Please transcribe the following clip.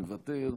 מוותר,